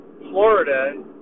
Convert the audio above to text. Florida